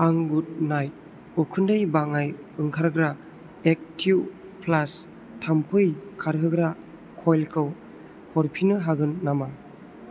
आं good night उखुन्दै बाङाइ ओंखारग्रा एक्टिव प्लास थाम्फै खारहोग्रा कइलखौ हरफिन्नो हागोन नामा